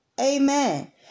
Amen